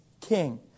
king